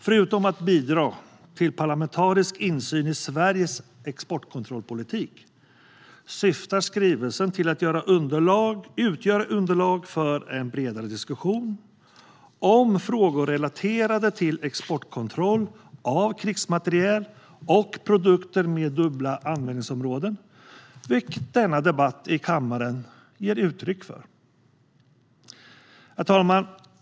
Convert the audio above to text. Förutom att bidra till parlamentarisk insyn i Sveriges exportkontrollpolitik syftar skrivelsen till att utgöra underlag för en bredare diskussion om frågor relaterade till exportkontroll av krigsmateriel och produkter med dubbla användningsområden, vilket denna debatt i kammaren ger uttryck för. Herr talman!